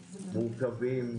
מורכבים.